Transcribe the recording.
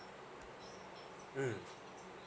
mm